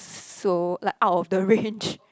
so like out of the range